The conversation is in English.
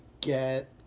get